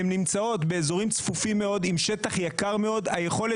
עם שטח יקר מאוד.